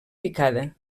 picada